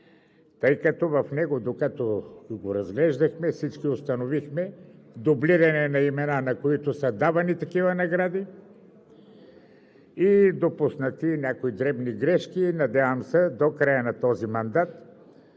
тъй като в него, докато го разглеждахме, всички установихме дублиране на имена, на които са давани такива награди, и допуснати някои дребни грешки. Надявам се до края на този мандат